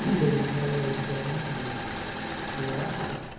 there was no way to get into the reactor.